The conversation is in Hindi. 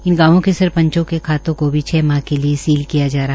इन गांवों के सरपंचों के खातों को छह माह के लिए सील कर दिया जाए